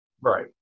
Right